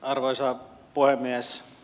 arvoisa puhemies